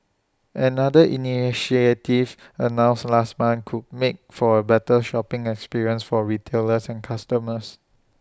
another initiative announced last month could make for A better shopping experience for retailers and customers